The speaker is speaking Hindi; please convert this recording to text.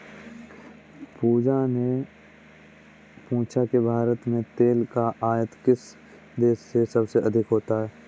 पूजा ने पूछा कि भारत में तेल का आयात किस देश से सबसे अधिक होता है?